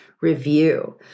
review